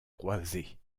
croisés